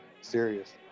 serious